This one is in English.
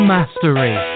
Mastery